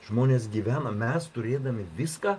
žmonės gyvena mes turėdami viską